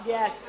Yes